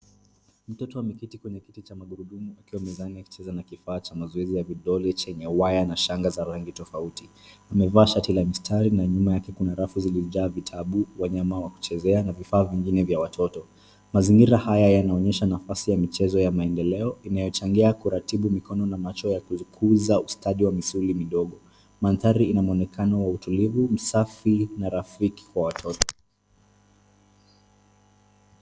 Mtoto ameketi kwenye kiti cha magurudumu akiwa mezani akicheza na kifaa cha mazoezi ya vidole chenye waya na shanga za rangi tofauti. Amevaa shati la mistari ya nyuma yake kuna rafu zilizojaa vitabu, wanyama wa kuchezea na vifaa vingine vya watoto. Mazingira haya yanaonyesha nafasi ya michezo ya maendeleo inayochangia kuratibu mikono na macho yakikuza ustadi wa misuli midogo. Mandhari ina mwonekano wa utulivu, msafi na rafiki kwa watoto.